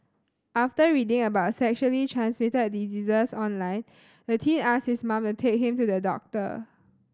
after reading about sexually transmitted diseases online the teen asked his mother to take him to the doctor